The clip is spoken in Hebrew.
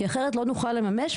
כי אחרת לא נוכל לממש,